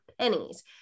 pennies